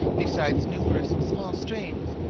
besides numerous small streams,